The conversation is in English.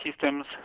systems